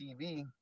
TV